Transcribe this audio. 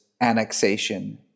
annexation